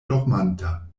dormanta